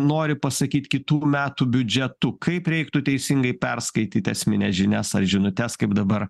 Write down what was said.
nori pasakyt kitų metų biudžetu kaip reiktų teisingai perskaityt esmines žinias ar žinutes kaip dabar